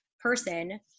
person